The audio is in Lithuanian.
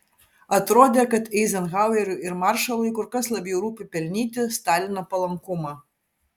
atrodė kad eizenhaueriui ir maršalui kur kas labiau rūpi pelnyti stalino palankumą